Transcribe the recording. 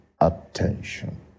attention